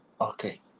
Okay